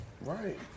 Right